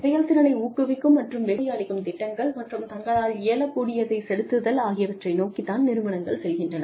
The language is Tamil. செயல் திறனை ஊக்குவிக்கும் மற்றும் வெகுமதி அளிக்கும் திட்டங்கள் மற்றும் தங்களால் இயலக்கூடியதைச் செலுத்துதல் ஆகியவற்றை நோக்கித் தான் நிறுவனங்கள் செல்கின்றன